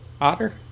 Otter